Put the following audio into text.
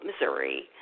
Missouri